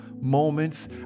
moments